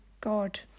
God